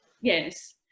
Yes